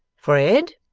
fred,